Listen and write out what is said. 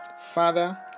Father